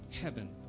heaven